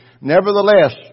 Nevertheless